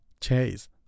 chase